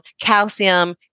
calcium